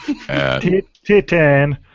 Titan